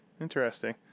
Interesting